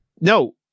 no